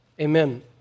Amen